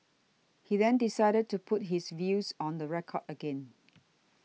he then decided to put his views on the record again